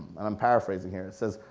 and i'm paraphrasing here. says,